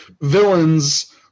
villains